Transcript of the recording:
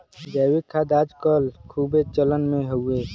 जैविक खाद आज कल खूबे चलन मे हउवे